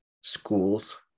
schools